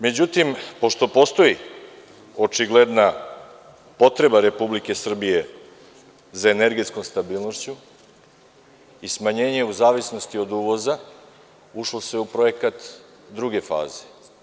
Međutim, pošto postoji očigledna potreba Republike Srbije za energetskom stabilnošću i smanjenje, u zavisnosti od uvoza, ušlo se u projekat druge faze.